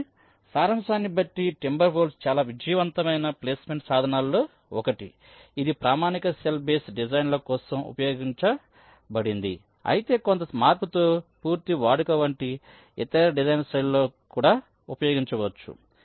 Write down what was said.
కాబట్టి సారాంశాన్ని బట్టి టింబర్వోల్ఫ్ చాలా విజయవంతమైన ప్లేస్మెంట్ సాధనాల్లో ఒకటి ఇది ప్రామాణిక సెల్ బేస్ డిజైన్ల కోసం ఉపయోగించబడింది అయితే కొంత మార్పుతో పూర్తి వాడుక వంటి ఇతర డిజైన్ శైలులకు కూడా ఉపయోగించవచ్చు